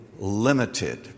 limited